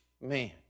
man